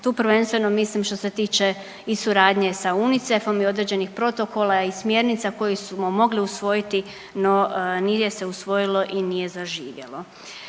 tu prvenstveno mislim što se tiče i suradnje sa UNICEF-om i određenih protokola i smjernica koje smo mogli usvojiti, no nije se usvojilo i nije zaživjelo.